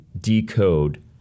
decode